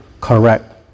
correct